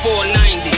490